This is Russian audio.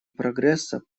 прогресса